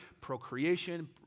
Procreation